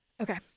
okay